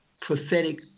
prophetic